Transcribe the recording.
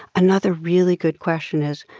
another really good question is,